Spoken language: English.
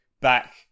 back